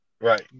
right